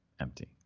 Empty